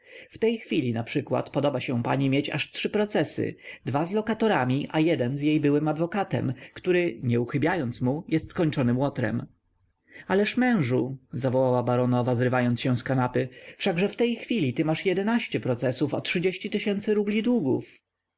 w tej chwili naprzykład podoba się pani mieć aż trzy procesy dwa z lokatorami a jeden z jej byłym adwokatem który nie uchybiając mu jest skończonym łotrem ależ mężu zawołała baronowa zrywając się z kanapy wszakże w tej chwili ty masz jedenaście procesów o rubli długów